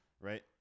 Right